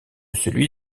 celui